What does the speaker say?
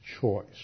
choice